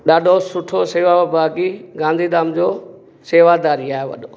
ॾाढो सुठो सेवाभागी गांधीधाम जो सेवादारी आहे वॾो